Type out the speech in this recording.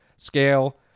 scale